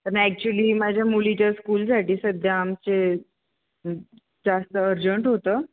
पण ॲक्च्युली माझ्या मुलीच्या स्कूलसाठी सध्या आमचे जास्त अर्जंट होतं